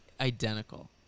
identical